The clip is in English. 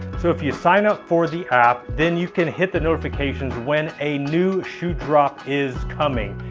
so if you sign up for the app, then you can hit the notifications when a new shoe drop is coming.